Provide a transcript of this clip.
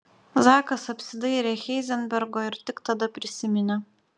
zakas apsidairė heizenbergo ir tik tada prisiminė